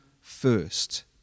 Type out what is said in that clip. first